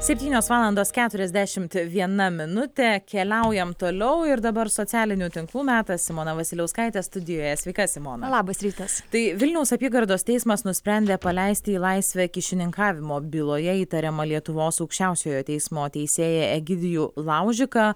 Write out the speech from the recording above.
septynios valandos keturiasdešimt viena minutė keliaujam toliau ir dabar socialinių tinklų metas simona vasiliauskaitė studijoje sveika simona labas rytas tai vilniaus apygardos teismas nusprendė paleisti į laisvę kyšininkavimo byloje įtariamą lietuvos aukščiausiojo teismo teisėją egidijų laužiką